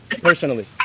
personally